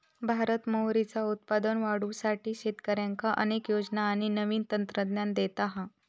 भारत मोहरीचा उत्पादन वाढवुसाठी शेतकऱ्यांका अनेक योजना आणि नवीन तंत्रज्ञान देता हा